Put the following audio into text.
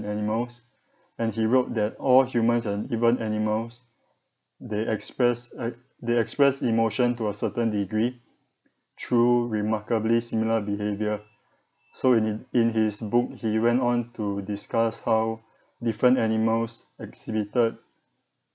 animals and he wrote that all humans and even animals they express uh they express emotion to a certain degree through remarkably similar behaviour so in in in his book he went on to discuss how different animals exhibited